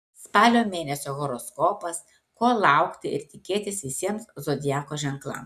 spalio mėnesio horoskopas ko laukti ir tikėtis visiems zodiako ženklams